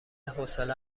حوصله